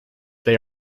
they